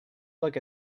look